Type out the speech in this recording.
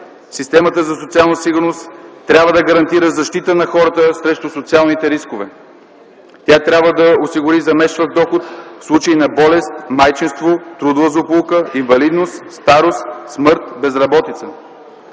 Системата за социална сигурност трябва да гарантира защита на хората срещу социалните рискове. Тя трябва да осигури заместващ доход в случай на болест, майчинство, трудова злополука, инвалидност, старост, безработица.